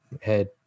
head